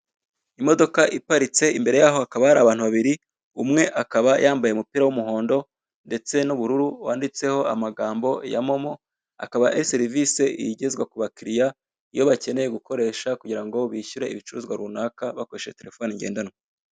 Imodoka iparitse, imbere yaho hakaba hari abantu babiri, umwe akaba yambaye umupira w'umuhondo ndetse n'ubururu, wanditseho amagambo ya momo, akaba ari serivise igezwa ku bakiriya, iyo bakeneye gukoresha kugira ngo bishyure ibicuruzwa runaka, bakoresheje telefone ngendanwa.